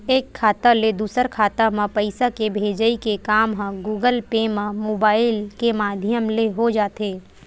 एक खाता ले दूसर खाता म पइसा के भेजई के काम ह गुगल पे म मुबाइल के माधियम ले हो जाथे